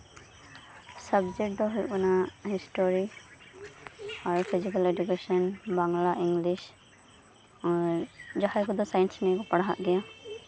subject ᱫᱚ ᱦᱩᱭᱩᱜ ᱠᱟᱱᱟ ᱦᱤᱥᱴᱨᱤ ᱟᱨ ᱯᱷᱤᱡᱤᱠᱮᱞ ᱮᱰᱩᱠᱮᱥᱚᱱ ᱵᱟᱝᱞᱟ ᱤᱝᱞᱤᱥ ᱟᱨ ᱡᱟᱦᱟᱸᱭ ᱠᱚᱫᱚ ᱥᱟᱭᱮᱱᱥ ᱱᱤᱭᱮ ᱠᱚ ᱯᱟᱲᱦᱟᱜ ᱜᱮᱭᱟ